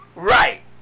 Right